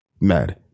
Mad